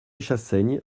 chassaigne